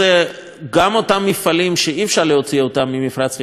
גם אותם מפעלים שאי-אפשר להוציא ממפרץ חיפה ותודה רבה,